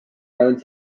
prone